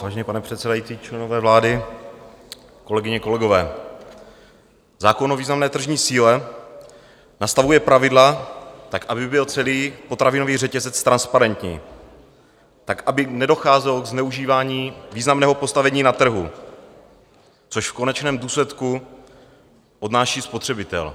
Vážený pane předsedající, členové vlády, kolegyně, kolegové, zákon o významné tržní síle nastavuje pravidla tak, aby byl celý potravinový řetězec transparentní, tak, aby nedocházelo k zneužívání významného postavení na trhu, což v konečném důsledku odnáší spotřebitel.